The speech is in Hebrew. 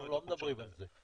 אנחנו לא מדברים על זה.